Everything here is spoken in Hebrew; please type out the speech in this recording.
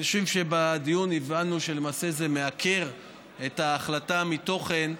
אני חושב שבדיון הבנו שלמעשה זה מעקר ההחלטה מתוכן,